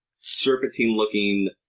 serpentine-looking